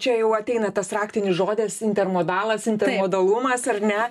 čia jau ateina tas raktinis žodis intermodalas intermodalumas ar ne